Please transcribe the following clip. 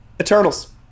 Eternals